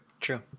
True